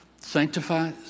sanctify